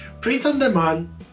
print-on-demand